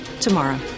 tomorrow